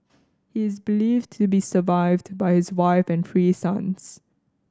he is believed to be survived by his wife and three sons